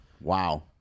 wow